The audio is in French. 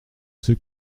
ceux